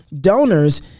donors